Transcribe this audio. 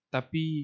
Tapi